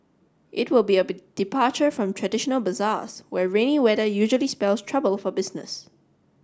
it will be a be departure from traditional bazaars where rainy weather usually spells trouble for business